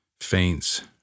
faints